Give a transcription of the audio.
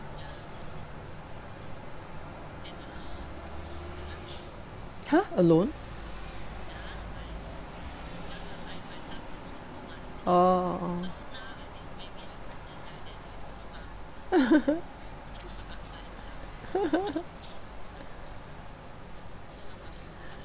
!huh! alone oh oh oh